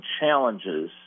challenges